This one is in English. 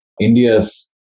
India's